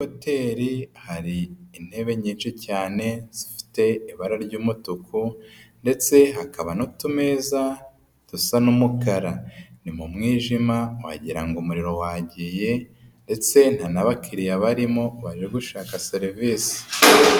Hoteli hari intebe nyinshi cyane zifite ibara ry'umutuku ndetse hakaba n'utumeza dusa n'umukara, ni mu mwijima wagira ngo umuriro wagiye ntetse nta n'abakiriya barimo baje gushaka serivisi.